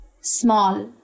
small